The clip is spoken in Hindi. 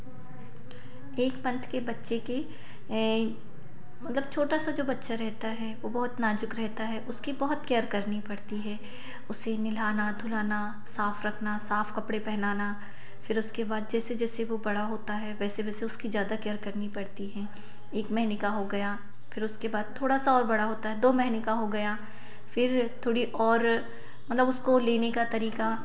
एक पंथ के बच्चे के मतलब छोटा सा जो बच्चा रहता है वह बहुत नाज़ुक रहता है उसकी बहुत केयर करनी पड़ती है उसे नहलाना धुलाना साफ़ रखना साफ़ कपड़े पहनाना फिर उसके बाद जैसे जैसे वह बड़ा होता है वैसे वैसे उसकी ज़्यादा केयर करनी पड़ती है एक महीने का हो गया फिर उसके बाद थोड़ा सा और बड़ा होता है दो महीने का हो गया फिर थोड़ी और मतलब उसको लेने का तरीका